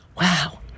Wow